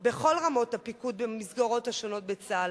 בכל רמות הפיקוד במסגרות השונות בצה"ל.